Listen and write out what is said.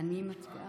ההצעה